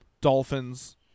Dolphins